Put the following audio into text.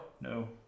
No